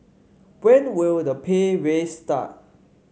when will the pay raise start